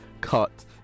cut